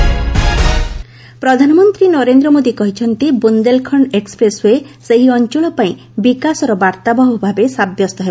PM express ପ୍ରଧାନମନ୍ତ୍ରୀ ନରେନ୍ଦ୍ର ମୋଦି କହିଛନ୍ତି Bundelkhand expressway ସେହି ଅଞ୍ଚଳ ପାଇଁ ବିକାଶର ବାର୍ଭାବହ ଭାବେ ସାବ୍ୟସ୍ତ ହେବ